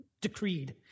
decreed